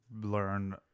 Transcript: learn